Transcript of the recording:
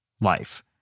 life